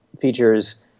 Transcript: features